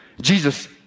Jesus